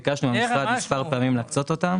ביקשנו מהמשרד מספר פעמים להקצות אותם.